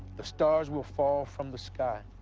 the stars will fall from the sky.